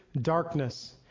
darkness